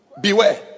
beware